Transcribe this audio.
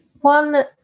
one